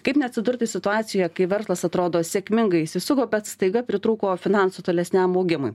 kaip neatsidurti situacijoje kai verslas atrodo sėkmingai įsisuko bet staiga pritrūko finansų tolesniam augimui